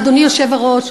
אדוני היושב-ראש,